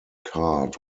card